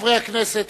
חברי הכנסת,